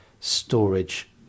storage